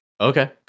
Okay